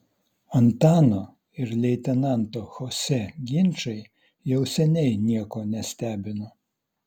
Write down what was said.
antano ir leitenanto chose ginčai jau seniai nieko nestebino